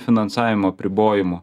finansavimo apribojimų